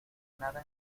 nada